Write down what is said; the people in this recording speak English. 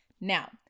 Now